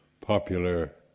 popular